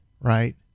right